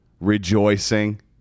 rejoicing